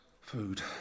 Food